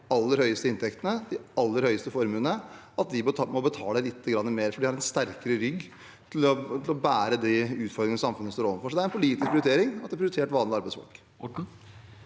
de aller høyeste inntektene, de aller høyeste formuene, må betale lite grann mer fordi de har sterkere rygg til å bære de utfordringene samfunnet står overfor. Så det er en politisk prioritering at vi har prioritert vanlige arbeidsfolk.